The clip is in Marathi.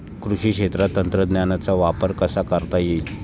कृषी क्षेत्रात तंत्रज्ञानाचा वापर कसा करता येईल?